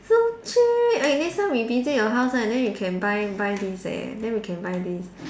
so cheap okay next time we visit your house right then we can buy buy this eh then we can buy this